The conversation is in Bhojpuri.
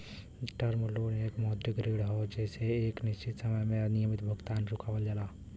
टर्म लोन एक मौद्रिक ऋण हौ जेसे एक निश्चित समय में नियमित भुगतान चुकावल जाला